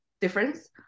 difference